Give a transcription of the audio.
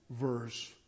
verse